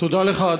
תודה לך,